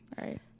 Right